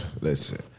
listen